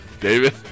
David